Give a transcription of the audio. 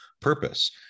purpose